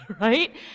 right